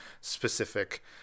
specific